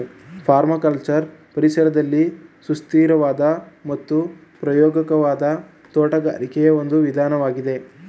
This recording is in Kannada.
ಪರ್ಮಕಲ್ಚರ್ ಪರಿಸರದಲ್ಲಿ ಸುಸ್ಥಿರವಾದ ಮತ್ತು ಪ್ರಾಯೋಗಿಕವಾದ ತೋಟಗಾರಿಕೆಯ ಒಂದು ವಿಧಾನವಾಗಿದೆ